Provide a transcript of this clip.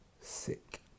Sick